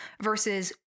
versus